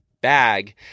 bag